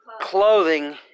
clothing